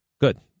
good